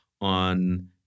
on